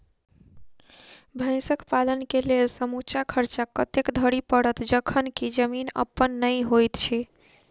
भैंसक पालन केँ लेल समूचा खर्चा कतेक धरि पड़त? जखन की जमीन अप्पन नै होइत छी